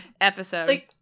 episode